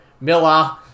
Miller